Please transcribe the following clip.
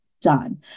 done